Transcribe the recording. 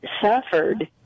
suffered